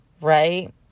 Right